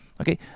okay